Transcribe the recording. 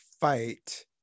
fight